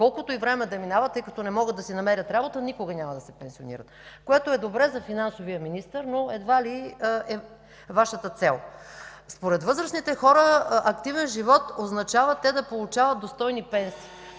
колкото и време да минава, тъй като не могат да си намерят работа, никога няма да се пенсионират, което е добре за финансовия министър, но едва ли е Вашата цел. Според възрастните хора „активен живот” означава те да получават достойни пенсии